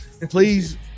please